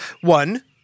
One